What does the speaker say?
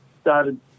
started